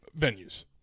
venues